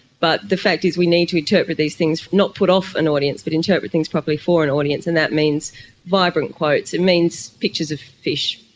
but the fact is we need to interpret these things, not put off an audience but interpret things properly for an audience, and that means vibrant quotes, it means pictures of fish.